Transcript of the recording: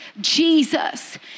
Jesus